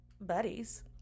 buddies